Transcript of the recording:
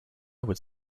would